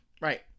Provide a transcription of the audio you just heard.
Right